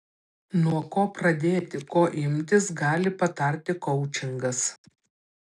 nuo ko pradėti ko imtis gali patarti koučingas